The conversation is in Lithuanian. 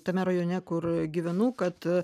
tame rajone kur gyvenu kad